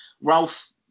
Ralph